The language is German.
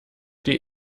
die